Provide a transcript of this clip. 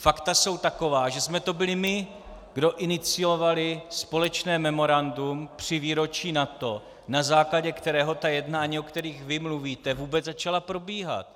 Fakta jsou taková, že jsme to byli my, kdo inicioval společné memorandum při výročí NATO, na základě kterého jednání, o kterých vy mluvíte, vůbec začala probíhat.